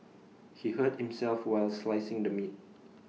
he hurt himself while slicing the meat